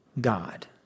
God